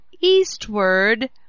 eastward